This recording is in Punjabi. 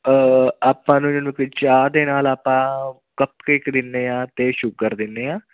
ਆਪਾਂ ਨੂੰ ਇਹਨੂੰ ਫਿਰ ਚਾਹ ਦੇ ਨਾਲ ਆਪਾਂ ਕੱਪ ਕੇਕ ਦਿੰਦੇ ਹਾਂ ਅਤੇ ਸ਼ੂਗਰ ਦਿੰਦੇ ਹਾਂ